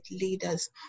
leaders